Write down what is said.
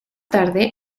tarde